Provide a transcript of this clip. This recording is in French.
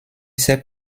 ses